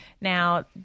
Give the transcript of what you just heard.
Now